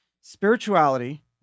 spirituality